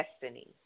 destiny